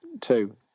two